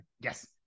Yes